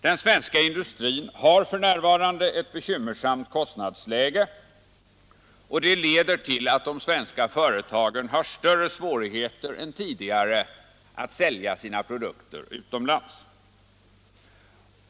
Den svenska industrin har f. n. ett bekymmersamt kostnadsläge, och det leder till att de svenska företagen fått större svårigheter än tidigare att sälja sina produkter utomlands.